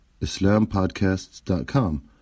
islampodcasts.com